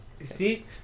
See